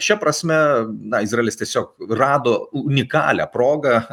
šia prasme na izraelis tiesiog rado unikalią progą